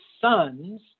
sons